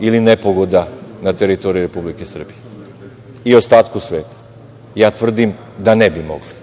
ili nepogoda na teritoriji Republike Srbije i ostatku sveta? Ja tvrdim da ne bi mogla,